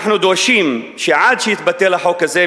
אנחנו דורשים שעד שיתבטל החוק הזה,